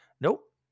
Nope